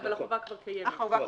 אבל החובה קיימת.